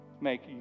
make